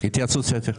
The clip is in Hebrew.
התייעצות סיעתית.